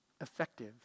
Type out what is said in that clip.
effective